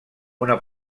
una